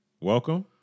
Welcome